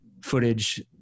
footage